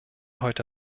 heute